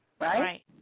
Right